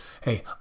hey